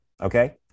okay